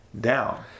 down